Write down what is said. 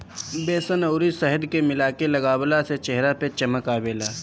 बेसन अउरी शहद मिला के लगवला से चेहरा में चमक आवेला